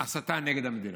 להסתה נגד המדינה.